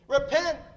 Repent